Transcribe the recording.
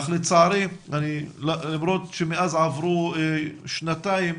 אך לצערי למרות שמאז עברו שנתיים,